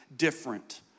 different